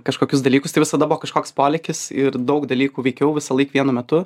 kažkokius dalykus tai visada buvo kažkoks polėkis ir daug dalykų veikiau visąlaik vienu metu